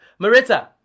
Marita